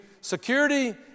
security